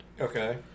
Okay